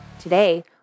Today